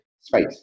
space